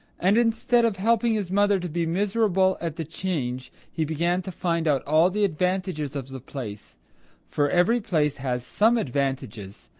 and instead of helping his mother to be miserable at the change, he began to find out all the advantages of the place for every place has some advantages,